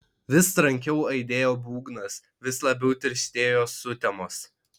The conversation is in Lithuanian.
vis trankiau aidėjo būgnas vis labiau tirštėjo sutemos